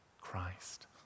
Christ